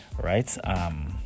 right